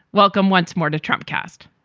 welcome once more to trump cast.